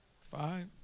five